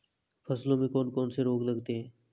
फसलों में कौन कौन से रोग लगते हैं?